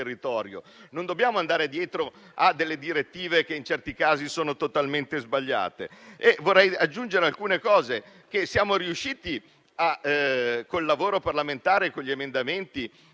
Non dobbiamo andare dietro a direttive che, in certi casi, sono totalmente sbagliate. Vorrei aggiungere alcuni punti che siamo riusciti, con il lavoro parlamentare e con gli emendamenti,